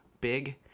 big